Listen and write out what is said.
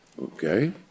Okay